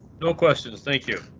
no questions. thank you